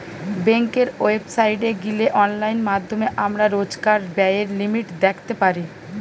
বেংকের ওয়েবসাইটে গিলে অনলাইন মাধ্যমে আমরা রোজকার ব্যায়ের লিমিট দ্যাখতে পারি